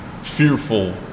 fearful